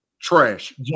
Trash